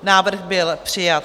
Návrh byl přijat.